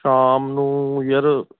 ਸ਼ਾਮ ਨੂੰ ਯਾਰ